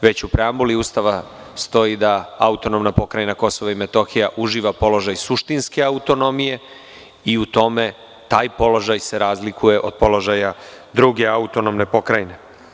Već u preambuli Ustava stoji da AP Kosovo i Metohija uživa položaj suštinske autonomije i u tome se taj položaj razlikuje od položaja druge autonomne pokrajine.